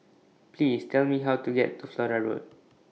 Please Tell Me How to get to Flora Road